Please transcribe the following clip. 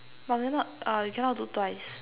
but we're not uh we cannot do twice